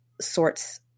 sorts